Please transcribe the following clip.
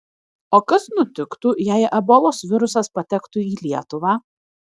o kas nutiktų jei ebolos virusas patektų į lietuvą